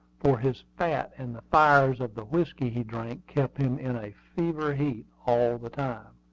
for his fat and the fires of the whiskey he drank kept him in a fever-heat all the time.